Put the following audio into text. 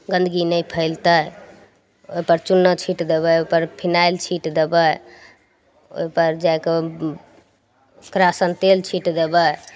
गन्दगी नहि फैलतै ओहिपर चुन्ना छिट देबै ओहिपर फिनाइल छिट देबै ओहिपर जाए कऽ किरासन तेल छिट देबै